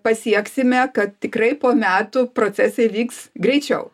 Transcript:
pasieksime kad tikrai po metų procesai vyks greičiau